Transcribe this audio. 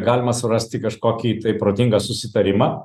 galima surasti kažkokį tai protingą susitarimą